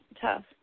tough